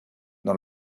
dans